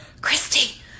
Christy